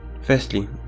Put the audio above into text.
firstly